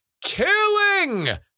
killing